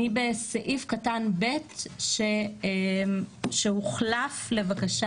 אני בסעיף קטן ב שהוחלף לבקשת